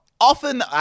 often